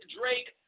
Drake